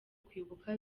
kwibuka